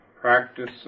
practice